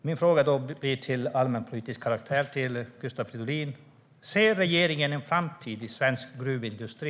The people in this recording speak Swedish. Min fråga är av allmänpolitisk karaktär och riktas till Gustav Fridolin: Ser regeringen en framtid i svensk gruvindustri?